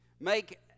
Make